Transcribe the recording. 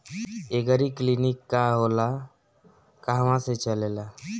एगरी clinic का होला कहवा से चलेँला?